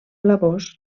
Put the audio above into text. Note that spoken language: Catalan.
blavós